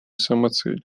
самоцель